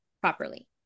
properly